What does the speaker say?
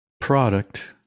product